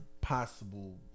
possible